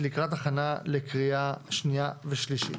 לקראת הכנה לקריאה שנייה ושלישית.